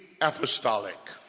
apostolic